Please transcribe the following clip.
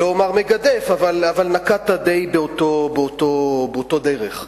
לא אומר מגדף, אבל נקטת די באותה דרך.